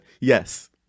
Yes